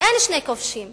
אין שני כובשים.